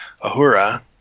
Ahura